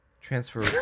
Transfer